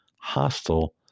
hostile